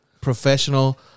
professional